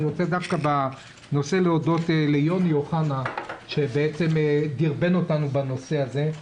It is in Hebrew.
אני רוצה להודות ליוני אוחנה שדרבן אותנו בנושא זה.